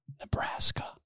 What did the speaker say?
Nebraska